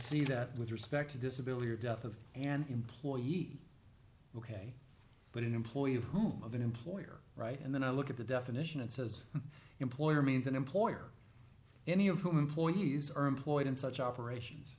see that with respect to disability or death of an employee heat ok but an employee of whom of an employer right and then i look at the definition and says employer means an employer any of whom employees are employed in such operations